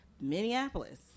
Minneapolis